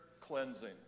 cleansing